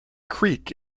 creek